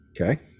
Okay